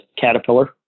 Caterpillar